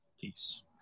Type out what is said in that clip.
Peace